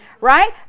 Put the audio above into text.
right